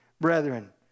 brethren